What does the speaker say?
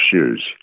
shoes